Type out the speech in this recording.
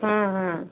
हाँ हाँ